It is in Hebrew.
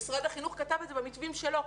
משרד החינוך כתב את זה במתווים שלו,